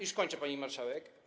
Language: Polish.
Już kończę, pani marszałek.